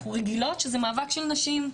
אנחנו רגילות שזה מאבק של נשים.